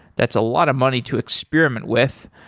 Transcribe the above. that's a lot of money to experiment with.